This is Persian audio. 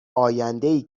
آیندهای